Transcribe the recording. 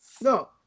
no